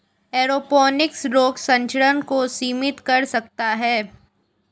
aeroponics रोग संचरण को सीमित कर सकता है